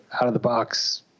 out-of-the-box